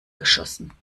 geschossen